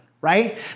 Right